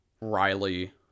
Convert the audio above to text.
Riley